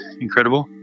incredible